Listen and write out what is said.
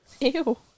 Ew